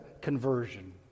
conversion